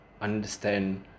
understand